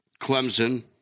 Clemson